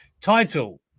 title